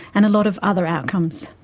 and a lot of other outcomes.